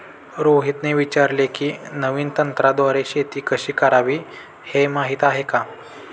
रोहितने विचारले की, नवीन तंत्राद्वारे शेती कशी करावी, हे माहीत आहे का?